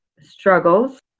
struggles